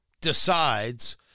decides